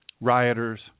Rioters